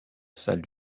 salle